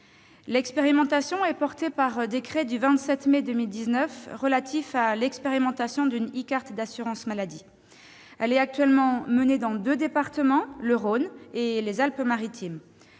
expérimentation est régie par le décret du 27 mai 2019 relatif à l'expérimentation d'une e-carte d'assurance maladie. Actuellement menée dans deux départements, le Rhône et les Alpes-Maritimes,